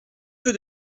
peu